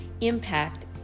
impact